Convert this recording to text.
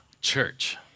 church